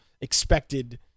expected